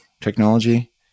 technology